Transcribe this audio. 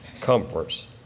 comforts